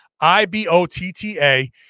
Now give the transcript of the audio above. I-B-O-T-T-A